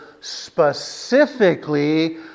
specifically